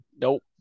Nope